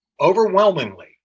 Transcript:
Overwhelmingly